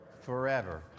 forever